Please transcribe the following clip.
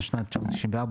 התשנ"ד 1994,